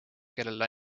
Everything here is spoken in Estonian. kellele